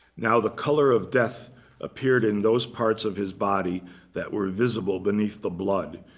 now, the color of death appeared in those parts of his body that were visible beneath the blood.